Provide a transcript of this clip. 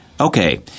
Okay